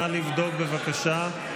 נא לבדוק, בבקשה.